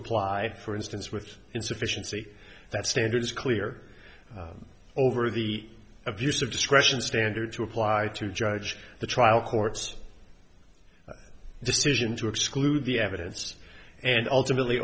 apply for instance with insufficiency that standards clear over the abuse of discretion standard to apply to judge the trial courts decision to exclude the evidence and ultimately